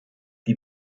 die